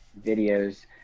videos